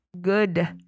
good